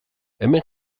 hemen